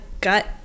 gut